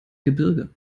gebirge